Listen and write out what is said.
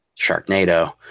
sharknado